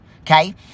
okay